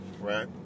right